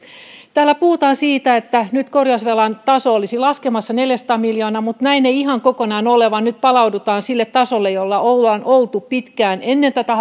täällä puhutaan siitä että nyt korjausvelan taso olisi laskemassa neljäsataa miljoonaa mutta näin ei ihan kokonaan ole vaan nyt palaudutaan sille tasolle jolla ollaan oltu pitkään ennen tätä